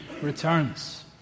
returns